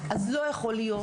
אז לא יכול להיות